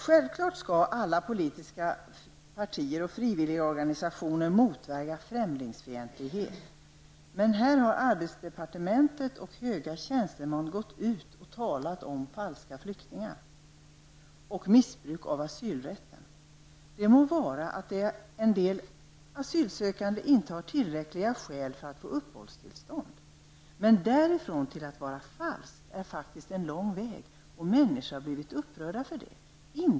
Självfallet skall alla politiska partier och frivilligorganisationer motverka främlingsfientlighet. Arbetsmarknadsdepartementet och höga tjänstemän har emellertid gått ut och talat om Det må så vara att en del asylsökande inte har tillräckliga skäl för att få uppehållstillstånd, men därifrån till att vara ''falsk'' är en lång väg. Människor har blivit upprörda över detta.